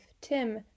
Tim